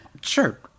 Sure